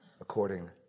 according